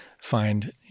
find